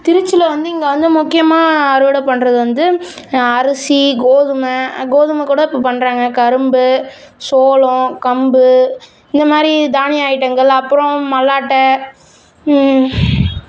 திருச்சியில வந்து இங்கே வந்து முக்கியமாக அறுவடை பண்ணுறது வந்து அரிசி கோதுமை கோதுமை கூட இப்போ பண்ணுறாங்க கரும்பு சோளம் கம்பு இதுமாதிரி தானிய ஐட்டங்கள் அப்பறம் மல்லாட்டை